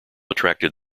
attracted